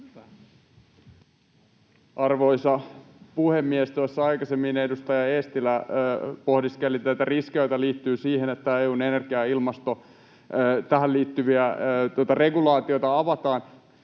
Arvoisa puhemies! Tuossa aikaisemmin edustaja Eestilä pohdiskeli tätä riskiä, joka liittyy siihen, että energiaan ja ilmastoon liittyviä EU:n regulaatioita avataan,